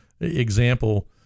example